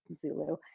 Zulu